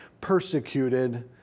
persecuted